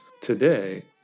today